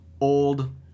old